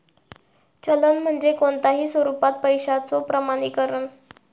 चलन म्हणजे कोणताही स्वरूपात पैशाचो प्रमाणीकरण